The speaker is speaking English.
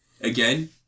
again